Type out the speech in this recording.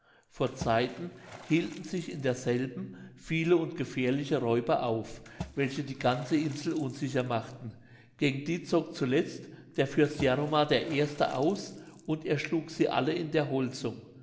vor zeiten hielten sich in derselben viele und gefährliche räuber auf welche die ganze insel unsicher machten gegen die zog zuletzt der fürst jaromar i aus und erschlug sie alle in der holzung